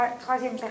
troisième